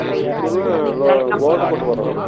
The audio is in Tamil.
ம் முக்கியமாக லோ கோல்டு கொண்டு வரணும்